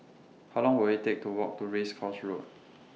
How Long Will IT Take to Walk to Race Course Road